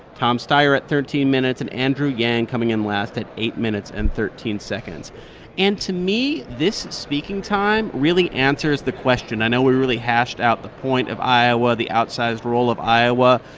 tom steyer at thirteen minutes and andrew yang coming in last at eight minutes and thirteen seconds and to me, this speaking time really answers the question i know we really hashed out the point of iowa, the outsized role of iowa.